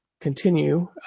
continue